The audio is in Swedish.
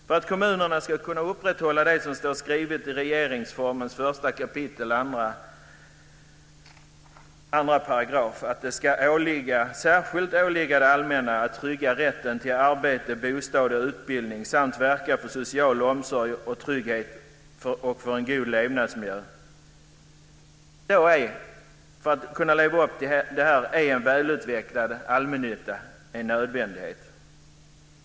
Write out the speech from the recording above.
För att kommunerna ska kunna leva upp till det som anges i regeringsformen 1 kap. 2 §- nämligen att det särskilt ska åligga det allmänna att trygga rätten till arbete, bostad och utbildning samt att verka för social omsorg och trygghet och för en god levnadsmiljö - är en väl utvecklad allmännytta en nödvändighet.